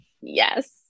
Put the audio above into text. Yes